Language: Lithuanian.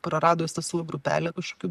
prarado jis tą savo grupelę kažkokių